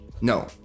No